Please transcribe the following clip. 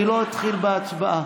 אני לא אתחיל בהצבעה.